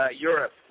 Europe